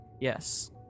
Yes